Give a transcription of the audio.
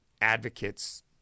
advocates